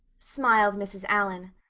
smiled mrs. allan,